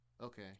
Okay